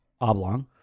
Oblong